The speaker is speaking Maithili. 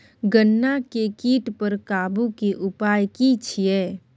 गन्ना के कीट पर काबू के उपाय की छिये?